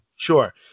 sure